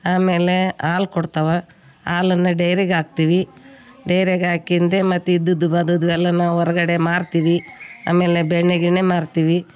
ಆಮೇಲೆ ಹಾಲು ಕೊಡ್ತಾವ ಹಾಲನ್ನ ಡೇರಿಗಾಕ್ತೀವಿ ಡೇರಿಯಾಗಿ ಹಾಕ್ಯಂದಿ ಮತ್ತು ಇದುದ್ದು ಬದುದ್ದು ಎಲ್ಲ ನಾವು ಹೊರಗಡೆ ಮಾರ್ತೀವಿ ಆಮೇಲೆ ಬೆಣ್ಣೆ ಗಿಣ್ಣೆ ಮಾರ್ತೀವಿ